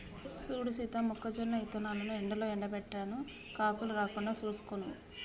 సూడు సీత మొక్కజొన్న ఇత్తనాలను ఎండలో ఎండబెట్టాను కాకులు రాకుండా సూసుకో నువ్వు